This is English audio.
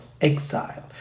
exile